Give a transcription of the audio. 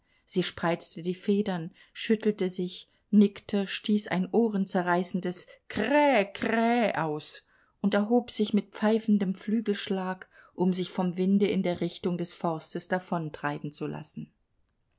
sie spreizte die federn schüttelte sich nickte stieß ein ohrenzerreißendes krä krä aus und erhob sich mit pfeifendem flügelschlag um sich vom winde in der richtung des forstes davontreiben zu lassen